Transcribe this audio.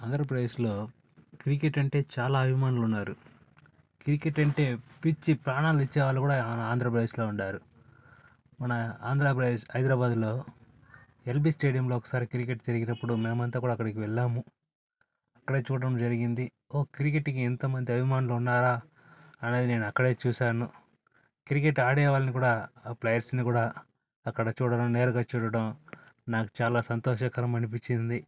ఆంధ్రప్రదేశ్లో క్రికెట్ అంటే చాలా అభిమానులు ఉన్నారు క్రికెట్ అంటే పిచ్చి ప్రాణాలు ఇచ్చే వాళ్ళు కూడా ఆంధ్రప్రదేశ్లో ఉన్నారు మన ఆంధ్రప్రదేశ్ హైదరాబాదులో ఎల్బీ స్టేడియంలో ఒకసారి క్రికెట్ జరిగేటప్పుడు మేమంతా కూడా అక్కడికి వెళ్ళాము అక్కడే చూడడం జరిగింది ఒక్క క్రికెట్కి ఇంతమంది అభిమానులు ఉన్నారా అనేది నేను అక్కడే చూశాను క్రికెట్ ఆడే వారిని కూడా ప్లేయర్స్ని కూడా అక్కడ చూడడం నేరుగా చూడడం నాకు చాలా సంతోషకరం అనిపించింది